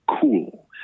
cool